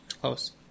close